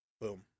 Boom